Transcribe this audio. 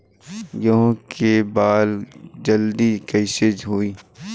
गेहूँ के बाल जल्दी कईसे होई?